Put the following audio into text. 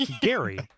gary